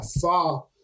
far